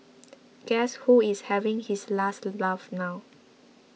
guess who is having his last laugh now